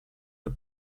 but